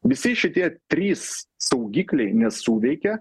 visi šitie trys saugikliai nesuveikė